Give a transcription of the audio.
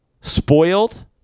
spoiled